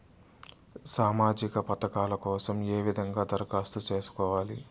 సామాజిక పథకాల కోసం ఏ విధంగా దరఖాస్తు సేసుకోవాలి